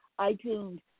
iTunes